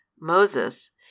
Moses